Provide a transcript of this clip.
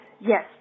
yes